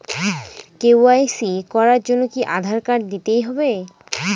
KYC করার জন্য কি আধার কার্ড দিতেই হবে?